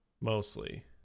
mostly